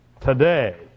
Today